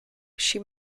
she